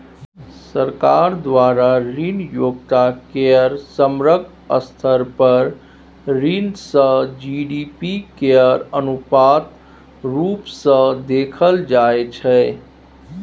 सरकार द्वारा ऋण योग्यता केर समग्र स्तर पर ऋण सँ जी.डी.पी केर अनुपात रुप सँ देखाएल जाइ छै